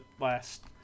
last